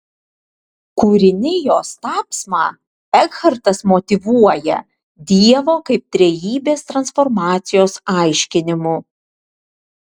kūrinijos tapsmą ekhartas motyvuoja dievo kaip trejybės transformacijos aiškinimu